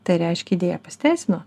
tai reiškia idėja pasiteisino